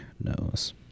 knows